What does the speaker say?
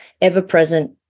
ever-present